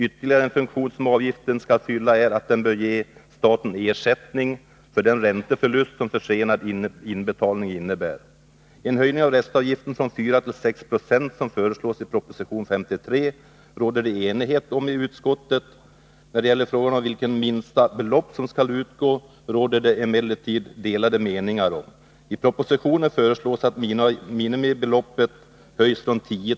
Ytterligare en funktion som avgiften skall fylla är att den bör ge staten ersättning för den ränteförlust som försenad inbetalning innebär. En höjning av restavgiften från 4 till 6 96, som föreslås i proposition 53, råder det enighet om i utskottet. När det gäller frågan om vilket minsta belopp som bör utgå, finns det emellertid delade meningar. I propositionen föreslås att minimibeloppet höjs från 10 kr.